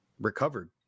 recovered